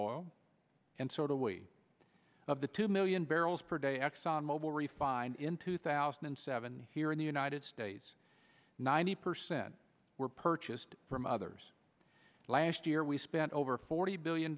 oil and so do we of the two million barrels per day exxon mobil refined in two thousand and seven here in the united states ninety percent were purchased from others last year we spent over forty billion